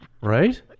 Right